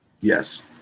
yes